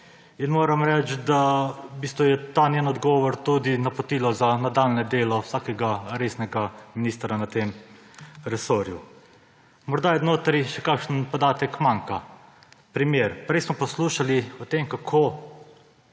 Moram reči, da je v bistvu ta njen odgovor tudi napotilo za nadaljnje delo vsakega resnega ministra v tem resorju. Morda notri še kakšen podatek manjka. Primer. Prej smo poslušali o tem, kako